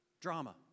drama